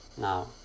Now